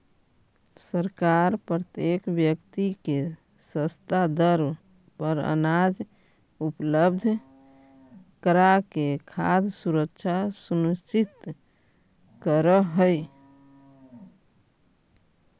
सरकार प्रत्येक व्यक्ति के सस्ता दर पर अनाज उपलब्ध कराके खाद्य सुरक्षा सुनिश्चित करऽ हइ